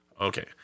Okay